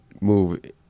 move